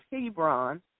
Hebron